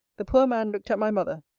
the poor man looked at my mother.